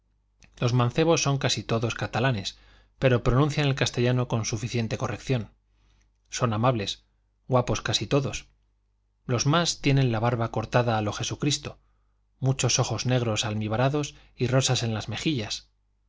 los mancebos son casi todos catalanes pero pronuncian el castellano con suficiente corrección son amables guapos casi todos los más tienen la barba cortada a lo jesucristo muchos ojos negros almibarados y rosas en las mejillas